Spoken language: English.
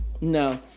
no